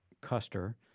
Custer